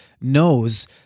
knows